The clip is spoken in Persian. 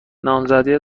نامزدی